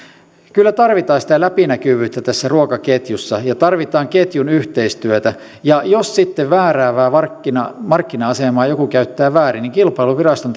kyllä tarvitaan sitä läpinäkyvyyttä tässä ruokaketjussa ja tarvitaan ketjun yhteistyötä jos sitten määräävää markkina markkina asemaa joku käyttää väärin niin kilpailuviraston